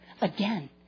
Again